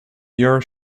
your